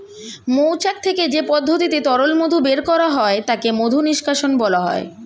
মৌচাক থেকে যে পদ্ধতিতে তরল মধু বের করা হয় তাকে মধু নিষ্কাশণ বলা হয়